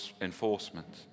enforcement